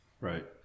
Right